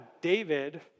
David